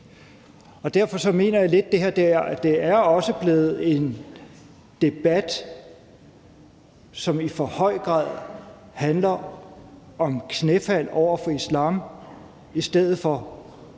Derfor mener jeg også lidt, at det her er blevet en debat, som i for høj grad handler om et knæfald over for islam i stedet for